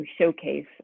showcase